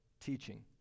teaching